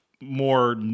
more –